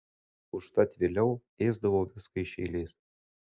užtat vėliau ėsdavau viską iš eilės